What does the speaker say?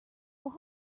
will